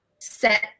set